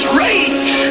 rage